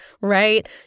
right